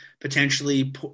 potentially